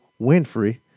Winfrey